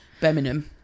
Birmingham